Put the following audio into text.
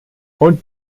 und